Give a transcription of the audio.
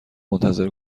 منتظر